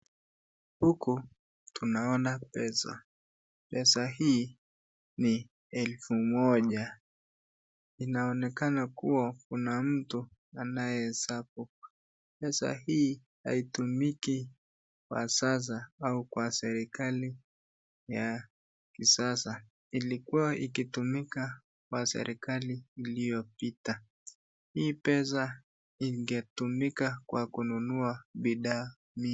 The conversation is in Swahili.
Huku tunaona pesa, pesa hii ni elfu moja, inaonekana kuwa kuna mtu anayehesabu, pesa hii haitumiki kwa sasa au kwa serikali ya kisasa, ilikua ikitumika kwa serikali iliopita, hii pesa ingetumika kwa kununua bidhaa.